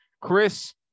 Chris